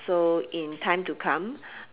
so in time to come